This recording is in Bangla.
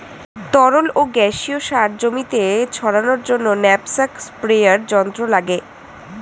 তরল ও গ্যাসীয় সার জমিতে ছড়ানোর জন্য ন্যাপস্যাক স্প্রেয়ার যন্ত্র লাগে